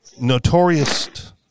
notorious